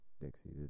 Dixie